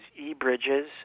ebridges